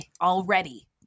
already